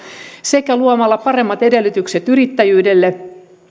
sekä luomalla paremmat edellytykset yrittäjyydelle